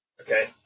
Okay